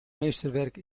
meesterwerk